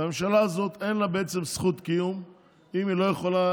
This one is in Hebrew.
שלממשלה הזאת אין בעצם זכות קיום אם היא לא יכולה